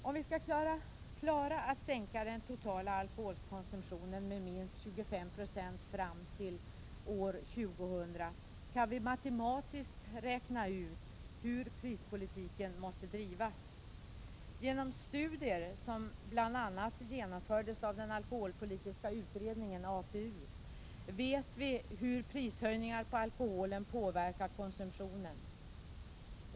Om vi skall kunna sänka den totala alkoholkonsumtionen med minst 25 96 fram till år 2000, kan vi matematiskt räkna ut hur prispolitiken måste drivas. Genom studier som bl.a. genomfördes av den alkoholpolitiska utredningen, APU, vet vi hur prishöjningar på alkoholen påverkar konsumtionen.